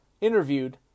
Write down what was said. interviewed